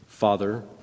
Father